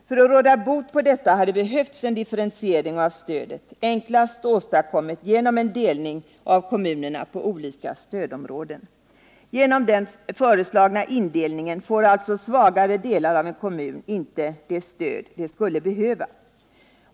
För att råda bot på detta hade det behövts en differentiering av stödet — enklast åstadkommet genom en delning av kommunerna på olika stödområden. Den föreslagna indelningen innebär att svagare delar av en kommun inte får det stöd de behöver.